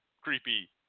creepy